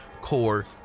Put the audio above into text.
Core